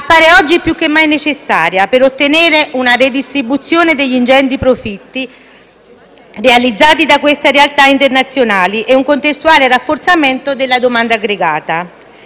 appare oggi più che mai necessaria per ottenere una redistribuzione degli ingenti profitti realizzati da queste realtà internazionali e un contestuale rafforzamento della domanda aggregata.